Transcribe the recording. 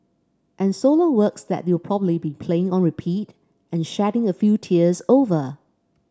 and solo works that you'll probably be playing on repeat and shedding a few tears over